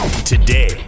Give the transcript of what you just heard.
Today